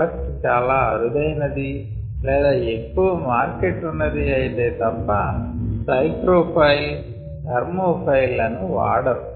product చాలా అరుదైనది లేదా ఎక్కువ మార్కెట్ ఉన్నది అయితే తప్ప సైక్రో ఫైల్ థెర్మో ఫైల్ లను వాడారు